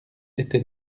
était